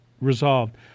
resolved